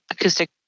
acoustic